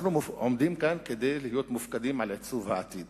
אנחנו עומדים כאן כדי להיות מופקדים על עיצוב העתיד